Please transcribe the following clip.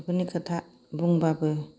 गथ'फोरनि खोथा बुंबाबो